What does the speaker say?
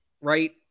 right